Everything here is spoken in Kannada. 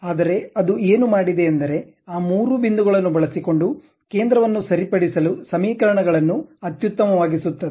ಆದರೆ ಅದು ಏನು ಮಾಡಿದೆ ಎಂದರೆ ಆ ಮೂರು ಬಿಂದುಗಳನ್ನು ಬಳಸಿಕೊಂಡು ಕೇಂದ್ರವನ್ನು ಸರಿಪಡಿಸಲು ಸಮೀಕರಣಗಳನ್ನು ಅತ್ಯುತ್ತಮವಾಗಿಸುತ್ತದೆ